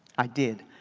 i did.